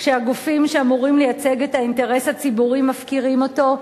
כשהגופים שאמורים לייצג את האינטרס הציבורי מפקירים אותו,